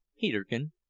Peterkin